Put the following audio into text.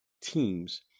teams